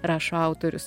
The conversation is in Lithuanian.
rašo autorius